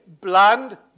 bland